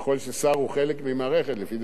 לפי דעתי שר הוא לוויין,